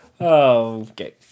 okay